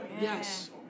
yes